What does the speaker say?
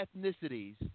ethnicities